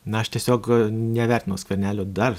na aš tiesiog nevertinau skvernelio dar